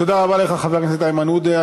תודה רבה לך, חבר הכנסת איימן עודה.